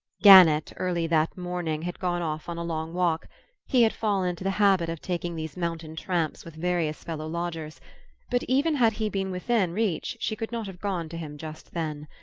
gannett, early that morning, had gone off on a long walk he had fallen into the habit of taking these mountain-tramps with various fellow-lodgers but even had he been within reach she could not have gone to him just then.